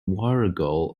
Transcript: warrego